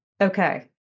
Okay